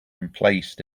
emplaced